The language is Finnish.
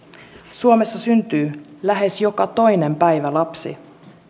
suomessa syntyy lähes joka toinen päivä lapsi